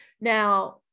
Now